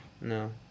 No